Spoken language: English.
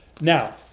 now